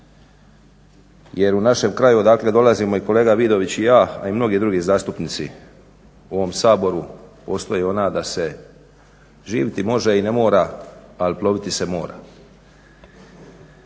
jer u našem kraju odakle dolazimo i kolega Vidović i ja, a i mnogi drugi zastupnici u ovom Saboru postoji ona da se živiti može i ne mora, ali ploviti se mora.